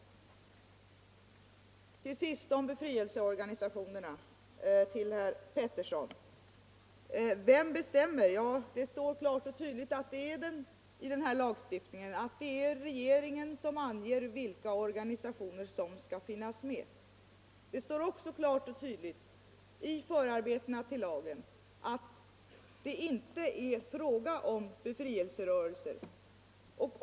ört Till sist vill jag säga till herr Pettersson i Västerås angående befriel — Fortsatt giltighet av seorganisationerna, att det klart och tydligt framgår av den här lagstift — den s.k. terroristningen att det är regeringen som anger vilka organisationer eller grupper — lagen som terroristlagen skall tillämpas på. Det står också klart och tydligt i förarbetena till lagen att det därvid inte är fråga om befrielserörelserna.